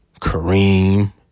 Kareem